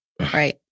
Right